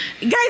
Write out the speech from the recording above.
Guys